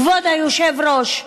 כבוד היושב-ראש,